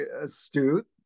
astute